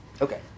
okay